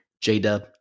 J-Dub